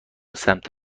سمت